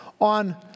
on